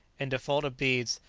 in default of beads,